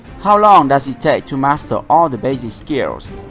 how long does it take to master all the basic skills?